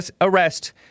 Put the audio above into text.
arrest